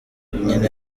nyina